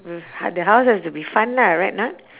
the house has to be fun lah right not